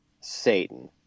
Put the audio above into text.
Satan